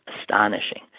astonishing